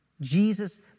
Jesus